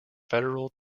federal